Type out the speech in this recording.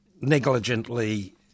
negligently